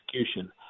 execution